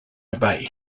obey